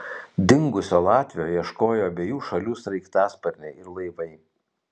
dingusio latvio ieškojo abiejų šalių sraigtasparniai ir laivai